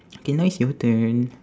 okay now it's your turn